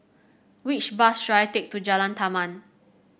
which bus should I take to Jalan Taman